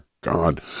God